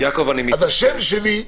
היקף התלמידים בו.